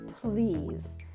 please